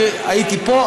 אני הייתי פה,